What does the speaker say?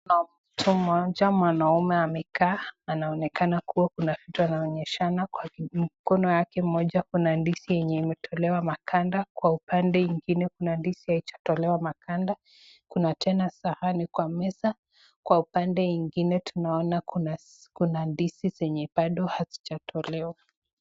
Kuna mtu mmoja mwanaume amekaa, anaonekana kuwa kuna vitu anaonyeshana kwa mkono yake moja kuna ndizi yenye imetolewa maganda, kwa upande ingine kuna ndizi haijatolewa maganda, kuna tena sahani kwa meza, kwa upande ingine tunaona kuna ndizi zenye bado hazijatolewa.